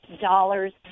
dollars